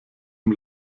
ihm